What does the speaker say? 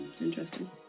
interesting